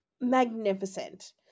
Magnificent